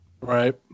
Right